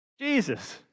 Jesus